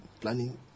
planning